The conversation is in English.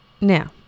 Now